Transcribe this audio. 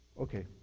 Okay